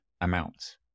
amounts